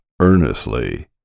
earnestly